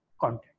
content